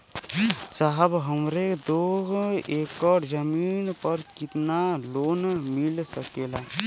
साहब हमरे दो एकड़ जमीन पर कितनालोन मिल सकेला?